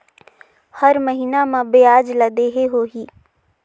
हर महीना मा ब्याज ला देहे होही?